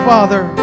Father